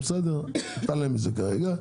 נתעלם מזה כרגע,